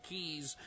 Keys